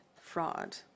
fraud